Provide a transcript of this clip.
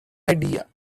idea